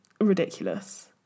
ridiculous